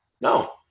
No